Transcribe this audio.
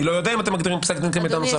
אני לא יודע אם אתם מגדירים פסק דין כמידע נוסף.